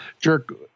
jerk